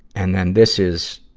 and then this is,